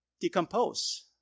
decompose